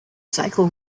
cycle